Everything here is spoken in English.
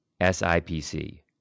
SIPC